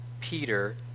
Peter